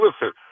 listen